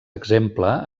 exemple